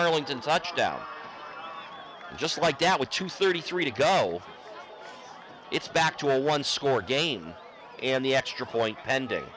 arlington touched down just like that with two thirty three to go it's back to a run score game and the extra point and